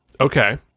Okay